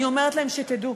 אני אומרת להם: שתדעו